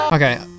Okay